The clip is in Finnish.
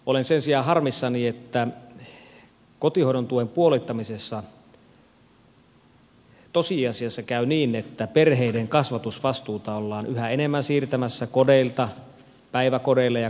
olen sen sijaan harmissani että kotihoidon tuen puolittamisessa tosiasiassa käy niin että perheiden kasvatusvastuuta ollaan yhä enemmän siirtämässä kodeilta päiväkodeille ja kouluille